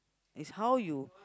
is how you